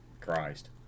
Christ